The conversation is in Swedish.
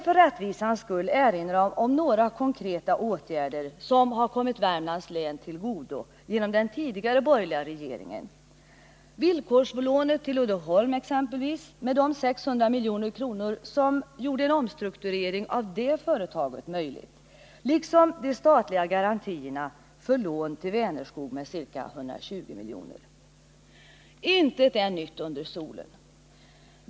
För rättvisans skull vill jag erinra om några konkreta åtgärder som har kommit Värmlands län till godo genom den tidigare borgerliga regeringens politik: villkorslånet till Uddeholm t.ex. med de 600 milj.kr. som gjorde en omstrukturering av det företaget möjlig, liksom de statliga garantierna för lån till Vänerskog med ca 120 milj.kr. Intet är nytt under solen.